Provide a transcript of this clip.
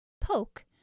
poke